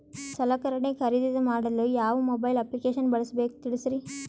ಸಲಕರಣೆ ಖರದಿದ ಮಾಡಲು ಯಾವ ಮೊಬೈಲ್ ಅಪ್ಲಿಕೇಶನ್ ಬಳಸಬೇಕ ತಿಲ್ಸರಿ?